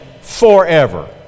forever